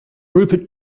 rupert